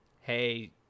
hey